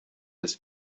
his